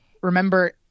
remember